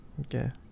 okay